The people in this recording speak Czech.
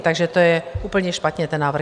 Takže to je úplně špatně, ten návrh.